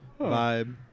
vibe